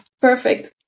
perfect